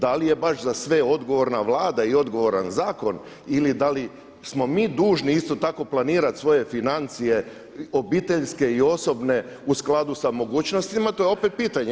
Da li je baš za sve odgovorna Vlada i odgovoran zakon ili da li smo mi dužni isto tako planirati svoje financije obiteljske i osobne u skladu sa mogućnostima to je opet pitanje.